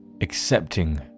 accepting